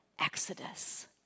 exodus